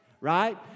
right